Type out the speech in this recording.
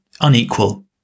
unequal